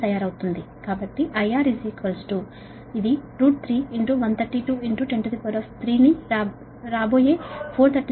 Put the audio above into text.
కాబట్టి IR ఇది 3 132103 ను రాబోయే 437